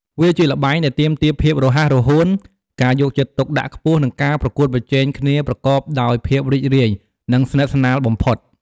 វាជាល្បែងដែលទាមទារភាពរហ័សរហួន ការយកចិត្តទុកដាក់ខ្ពស់ និងការប្រកួតប្រជែងគ្នាប្រកបដោយភាពរីករាយ និងស្និទ្ធស្នាលបំផុត។